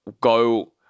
go